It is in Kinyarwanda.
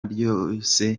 ryose